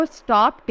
stop